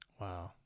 wow